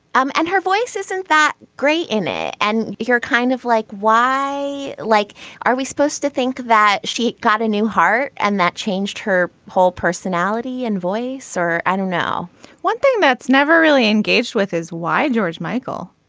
um and her voice isn't that great in it. and you're kind of like why. like are we supposed to think that she's got a new heart. and that changed her whole personality and voice or and now one thing that's never really engaged with is why george michael.